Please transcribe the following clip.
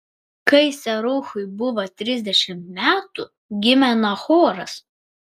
kai seruchui buvo trisdešimt metų gimė nachoras